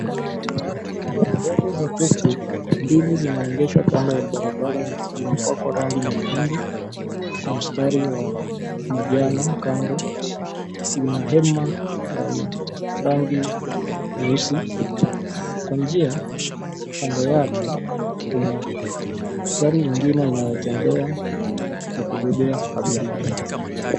Gari ndogo za Tuktuk . Mbili zinaegeshwa kando ya barabara zimepakwa rangi nyekundu na mstari wa manjano kando. Zina hema yenye rangi nyeusi. Kwa njia, kando yake kuna gari ingine inayotembea ya kubebea abiria.